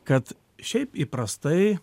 kad šiaip įprastai